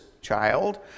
child